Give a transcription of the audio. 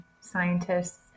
scientists